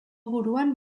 buruan